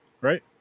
Right